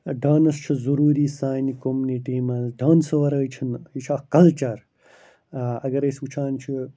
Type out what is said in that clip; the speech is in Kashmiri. ڈانٕس چھُ ضٔروٗری سانہِ کوٚمنِٹی منٛز ڈانسو وَرٲے چھِنہٕ یہِ چھُ اَکھ کَلچَر اَگرَے أسۍ وٕچھان چھِ